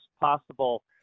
possible